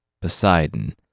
Poseidon